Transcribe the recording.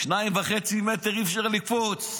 2.5 מטר אי-אפשר לקפוץ,